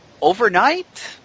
overnight